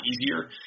easier